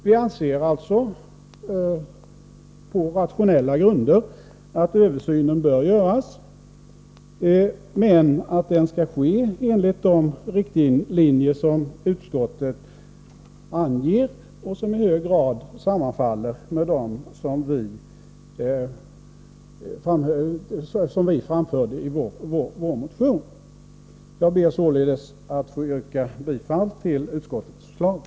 Vi anser alltså på rationella grunder att översynen bör göras men att den skall ske enligt de riktlinjer som utskottet anger och som i hög grad sammanfaller med dem som vi framför i vår motion. Jag ber således att få yrka bifall till utskottets hemställan.